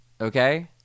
Okay